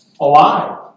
alive